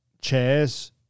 chairs